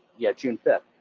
yeah, june fifth,